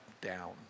down